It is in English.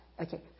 Okay